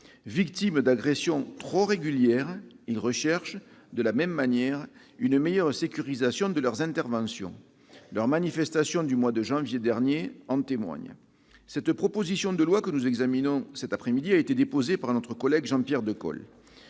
Victimes d'agressions trop régulières, ils recherchent, de la même manière, une meilleure sécurisation de leurs interventions. Les manifestations du mois de janvier dernier en témoignent. La proposition de loi que nous examinons cet après-midi a été déposée par notre collègue Jean-Pierre Decool.